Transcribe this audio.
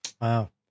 Wow